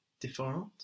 different